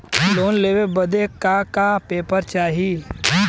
Loan लेवे बदे का का पेपर चाही?